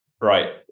Right